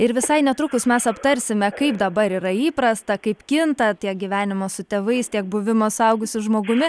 ir visai netrukus mes aptarsime kaip dabar yra įprasta kaip kinta tiek gyvenimas su tėvais tiek buvimas suaugusiu žmogumi